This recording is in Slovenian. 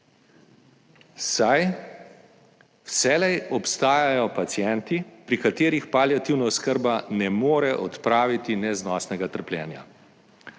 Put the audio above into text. saj vselej obstajajo pacienti, pri katerih paliativna oskrba ne more odpraviti neznosnega trpljenja.